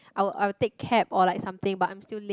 I'll I'll take cab or like something but I'm still late